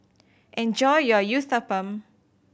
enjoy your Uthapam